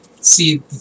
see